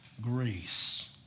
grace